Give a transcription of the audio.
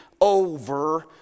over